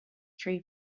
true